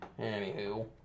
Anywho